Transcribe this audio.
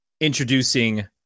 introducing